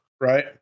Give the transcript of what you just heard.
Right